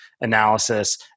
analysis